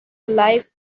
life